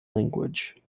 language